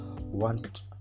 want